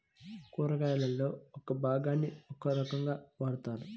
కూరగాయలలో ఒక్కో భాగాన్ని ఒక్కో రకంగా వాడతారు